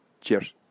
Cheers